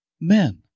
men